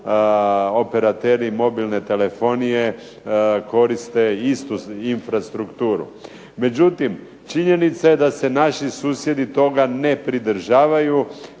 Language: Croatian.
operateri mobilne telefonije koriste istu infrastrukturu. Međutim, činjenica je da se naši susjedi toga ne pridržavaju